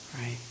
right